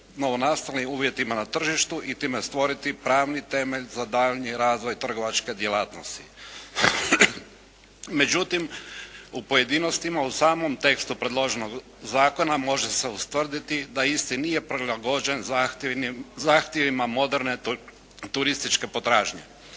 novonastalim uvjetima na tržištu i time stvoriti pravni temelj za daljnji razvoj trgovačke djelatnosti. Međutim, u pojedinostima u samom tekstu predloženog zakona može se ustvrditi da isti nije prilagođen zahtjevima moderne turističke potražnje.